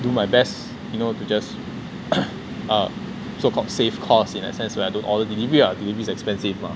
do my best you know to just uh so called save costs in a sense where I don't order delivery lah delivery is expensive mah